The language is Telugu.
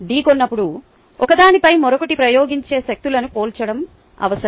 ఢీకొన్నప్పుడు ఒకదానిపై మరొకటి ప్రయోగించే శక్తులను పోల్చడం అవసరం